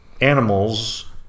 animals